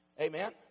amen